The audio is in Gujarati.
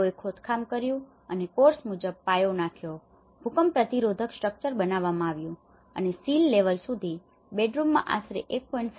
તો તેઓએ ખોદકામ કર્યું અને કોર્સ મુજબ પાયો નાખ્યો ભૂકંપ પ્રતિરોધક સ્ટ્રક્ચર બનાવવામાં આવ્યું છે અને સીલ લેવલ સુધી બેડરૂમમાં આશરે 1